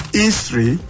history